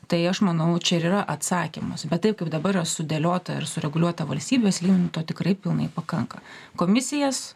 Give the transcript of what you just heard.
tai aš manau čia ir yra atsakymas bet taip kaip dabar sudėliota ir sureguliuota valstybės link to tikrai pilnai pakanka komisijas